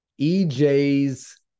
ej's